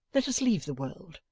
let us leave the world,